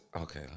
Okay